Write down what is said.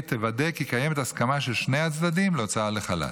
היא תוודא כי קיימת הסכמה של שני הצדדים להוצאה לחל"ת.